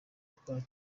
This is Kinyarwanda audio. twari